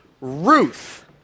Ruth